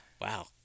wow